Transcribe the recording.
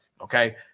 okay